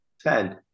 Ten